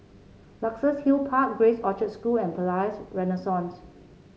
Luxus Hill Park Grace Orchard School and Palais Renaissance